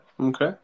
okay